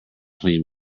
clean